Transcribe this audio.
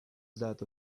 that